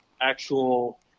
actual